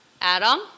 Adam